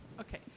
Okay